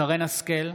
שרן מרים השכל,